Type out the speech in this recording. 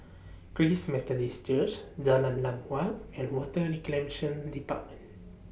Christ Methodist Church Jalan Lam Huat and Water Reclamation department